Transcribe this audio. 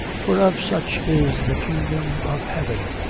for of such is the kingdom of heaven.